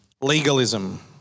Legalism